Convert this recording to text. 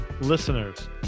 listeners